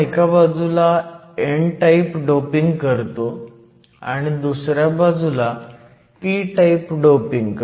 आपण एका बाजूला n टाईप डोपिंग करतो आणि दुसऱ्या बाजूला p टाईप डोपिंग